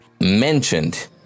mentioned